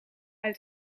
uit